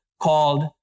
called